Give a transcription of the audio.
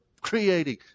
creating